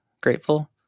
grateful